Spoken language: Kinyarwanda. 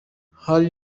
hari